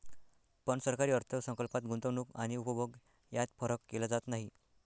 पण सरकारी अर्थ संकल्पात गुंतवणूक आणि उपभोग यात फरक केला जात नाही